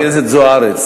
חברת הכנסת זוארץ,